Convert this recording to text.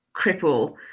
cripple